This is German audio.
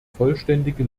vollständige